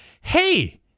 hey